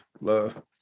love